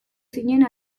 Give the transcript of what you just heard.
zinen